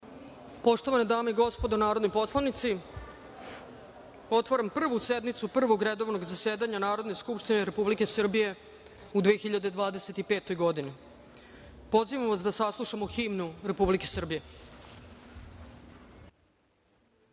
Poštovane dame i gospodo narodni poslanici, otvaram Prvu sednicu Prvog redovnog zasedanja Narodne skupštine Republike Srbije u 2025. godini. Pozivam vas da saslušamo himnu Republiku